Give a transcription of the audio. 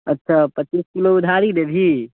अच्छा पच्चीस किलो उधारी देबही